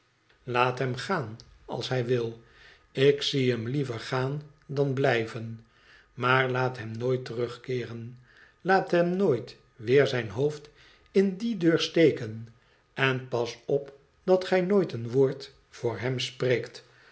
laat hem gaan als hij wil ik zie hem liever gaan dan blijven maar laat hem nooit terugkeeren laat hem nooit weer zijn hoofd in die deur steken en pas op dat gij nooit een woord voor hem spreekt